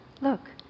Look